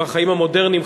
בחיים המודרניים,